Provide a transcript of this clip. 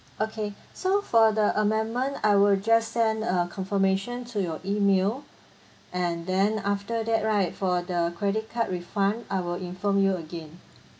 okay so for the amendment I will just send a confirmation to your E-mail and then after that right for the credit card refund I will inform you again